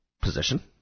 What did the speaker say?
position